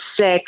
sick